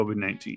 COVID-19